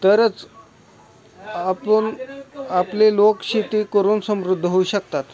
तरच आपण आपले लोक शेती करून समृद्ध होऊ शकतात